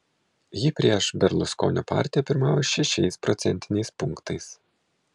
ji prieš berluskonio partiją pirmauja šešiais procentiniais punktais